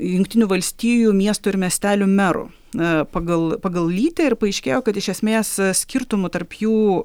jungtinių valstijų miestų ir miestelių merų a pagal pagal lytį ir paaiškėjo kad iš esmės skirtumų tarp jų